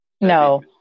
No